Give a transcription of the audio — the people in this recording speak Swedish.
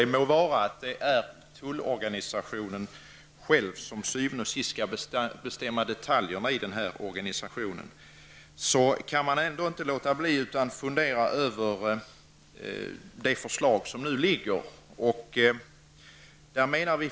Det må vara tullorganisationen som till syvende og sidst skall bestämma detaljerna i organisationen, men man kan ändå inte låta bli att fundera över det förslag som nu ligger.